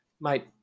mate